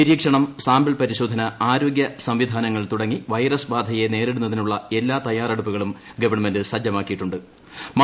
നിരീക്ഷണം സാമ്പിൾ പരിശോധന ആരോഗ്യ സംവിധാനങ്ങൾ തുടങ്ങി വൈറസ് ബാധയെ നേരിടുന്നതിനുള്ള എല്ലാ തയ്യാറെടുപ്പുകളും ഗവൺമെന്റ സജ്ജമാക്കിയിട്ടു ്